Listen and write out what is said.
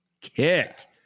kicked